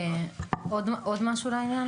עוד משהו לעניין?